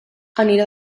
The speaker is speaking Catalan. anirà